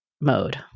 mode